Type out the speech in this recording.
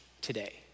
today